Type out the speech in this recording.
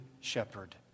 shepherd